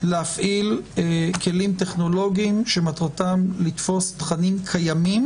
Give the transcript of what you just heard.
להפעיל כלים טכנולוגיים שמטרתם לתפוס תכנים קיימים